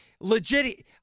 Legit